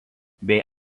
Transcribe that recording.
bei